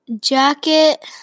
jacket